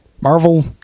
Marvel